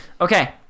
Okay